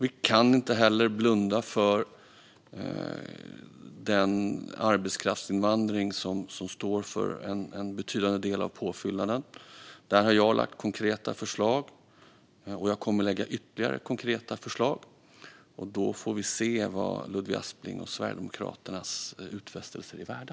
Vi kan inte heller blunda för den arbetskraftsinvandring som står för en betydande del av påfyllnaden. Där har jag lagt fram konkreta förslag, och jag kommer att lägga fram ytterligare konkreta förslag. Då får vi se vad Ludvig Asplings och Sverigedemokraternas utfästelser är värda.